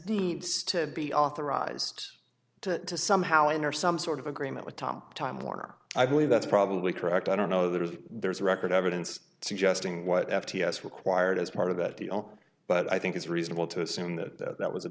needs to be authorized to somehow in or some sort of agreement with tom time warner i believe that's probably correct i don't know that there's a record evidence suggesting what f t s required as part of that deal but i think it's reasonable to assume that that was a